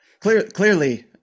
Clearly